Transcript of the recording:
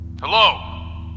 Hello